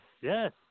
yes